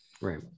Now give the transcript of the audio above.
right